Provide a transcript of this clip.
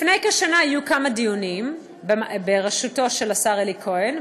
לפני כשנה היו כמה דיונים בראשותו של השר אלי כהן,